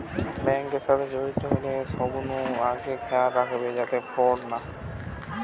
bank এর সাথে জড়িত হলে সবনু আগে খেয়াল রাখবে যাতে ফ্রড না হয়